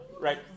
right